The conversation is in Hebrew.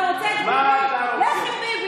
אתה רוצה את ביבי, לך לביבי.